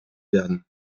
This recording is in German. werden